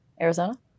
Arizona